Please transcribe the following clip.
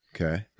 Okay